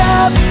up